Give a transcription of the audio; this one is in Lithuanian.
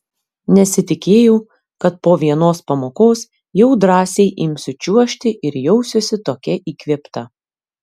nesitikėjau kad po vienos pamokos jau drąsiai imsiu čiuožti ir jausiuosi tokia įkvėpta